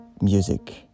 music